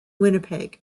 winnipeg